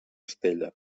estella